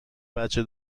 بچه